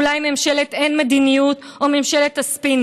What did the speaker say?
אולי ממשלת "אין מדיניות" או "ממשלת הספינים",